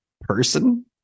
person